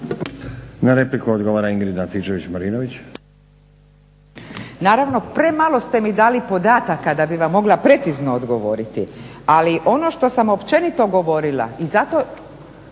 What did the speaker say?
Na repliku odgovara Ingrid Antičević-Marinović.